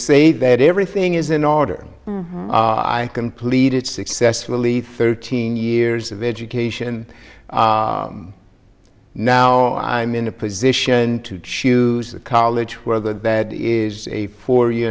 say that everything is in order i completed successfully thirteen years of education now i'm in a position to choose the college where that is a four y